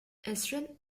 ezrin